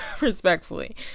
respectfully